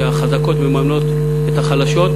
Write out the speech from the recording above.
שהחזקות מממנות את החלשות.